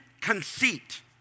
conceit